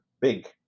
big